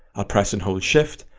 ah press and hold shift,